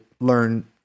learn